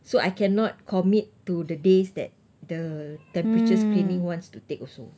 so I cannot commit to the days that the temperature screening wants to take also